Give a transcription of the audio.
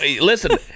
Listen